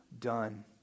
done